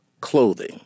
clothing